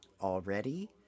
Already